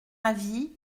avis